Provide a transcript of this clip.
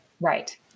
right